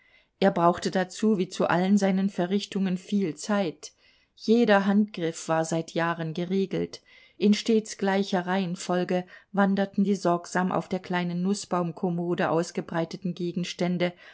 er brauchte dazu wie zu allen seinen verrichtungen viel zeit jeder handgriff war seit jahren geregelt in stets gleicher reihenfolge wanderten die sorgsam auf der kleinen nußbaumkommode ausgebreiteten gegenstände